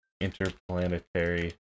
Interplanetary